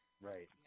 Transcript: Right